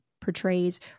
portrays